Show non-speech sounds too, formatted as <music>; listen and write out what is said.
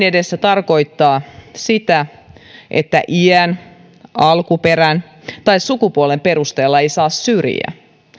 <unintelligible> edessä tarkoittaa sitä että iän alkuperän tai sukupuolen perusteella ei saa syrjiä